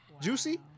Juicy